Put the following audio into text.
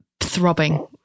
throbbing